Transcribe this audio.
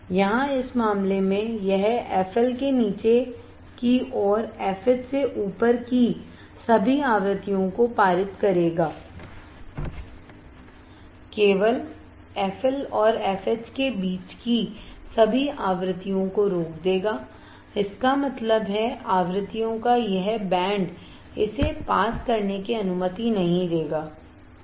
यहाँ इस मामले में यह FL के नीचे की और FH से ऊपर की सभी आवृत्तियों को पारित करेगा केवल FL और fH के बीच की सभी आवृत्तियों को रोक देगा इसका मतलब है आवृत्तियों का यह बैंड इसे पास करने की अनुमति नहीं देगासही